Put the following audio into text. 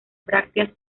brácteas